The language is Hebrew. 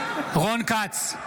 כץ,